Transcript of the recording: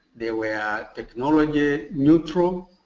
they were technology neutral.